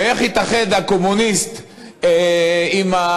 ואיך יתאחד הקומוניסט עם,